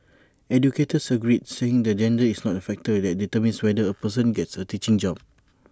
educators agreed saying that gender is not A factor that determines whether A person gets A teaching job